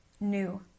new